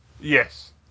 yes